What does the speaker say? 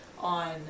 on